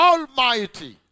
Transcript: Almighty